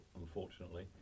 unfortunately